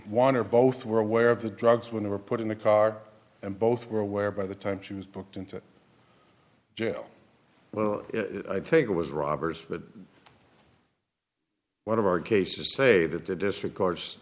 one or both were aware of the drugs when they were put in the car and both were aware by the time she was booked into jail well i think it was robbers but one of our cases say that the district